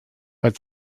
but